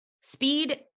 speed